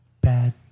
bad